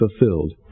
fulfilled